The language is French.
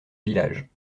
village